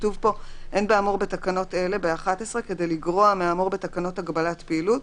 11. אין באמור בתקנות אלה כדי לגרוע מהאמור בתקנות הגבלת פעילות,